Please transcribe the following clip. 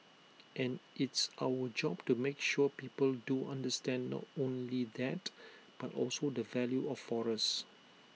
and it's our job to make sure people do understand not only that but also the value of forest